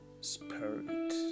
spirit